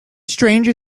stranger